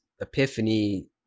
epiphany